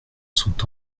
sont